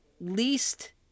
least